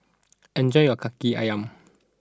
enjoy your Kaki Ayam